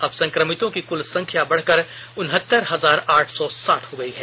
अब संक्रमितों की कुल संख्या बढ़कर उनहत्तर हजार आठ सौ साठ हो गई है